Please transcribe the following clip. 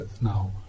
now